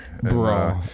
Bro